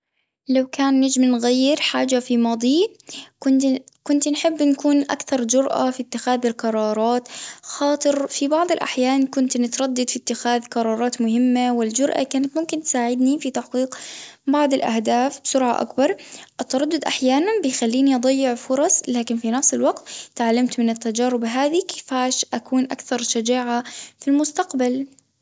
لو كان نجم نغير حاجة في ماضي كنت نحب نكون أكثر جرأة في اتخاذ القرارات، خاطر في بعض الأحيان كنت متردد في اتخاذ قرارات مهمة والجرأة كانت ممكن تساعدني في تحقيق بعض الأهداف بسرعة أكبر، التردد أحيانًا بيخليني أضيع فرص لكن تعلمت من التجارب هذي كيفاش أكون أكثر شجاعة في المستقبل.